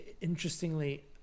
interestingly